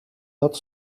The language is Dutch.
dat